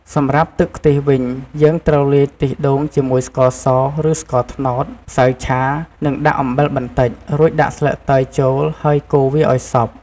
សម្រាប់ទឹកខ្ទិះវិញ យើងត្រូវលាយខ្ទិះដូងជាមួយស្ករស ឬស្ករត្នោត ម្សៅឆា និងដាក់អំបិលបន្តិច រួចដាក់ស្លឹកតើយចូលហើយ កូរវាអោយសព្វ។